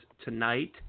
tonight